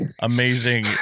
amazing